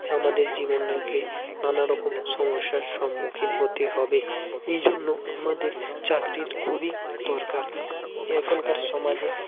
আমাদের জীবনেরকে নানারকম সমস্যার সম্মুখীন হতে হবে এইজন্য আমাদের চাকরির খুবই দরকার এখনকার সমাজে